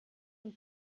und